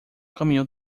caminhou